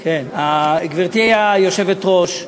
גברתי היושבת-ראש,